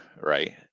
right